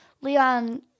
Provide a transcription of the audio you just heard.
leon